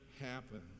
happen